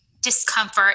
discomfort